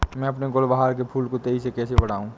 मैं अपने गुलवहार के फूल को तेजी से कैसे बढाऊं?